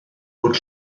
bod